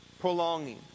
prolonging